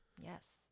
Yes